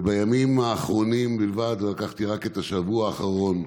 ובימים האחרונים בלבד, לקחתי רק את השבוע האחרון: